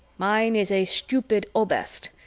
mine is a stupid oberst,